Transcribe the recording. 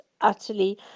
utterly